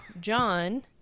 John